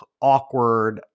awkward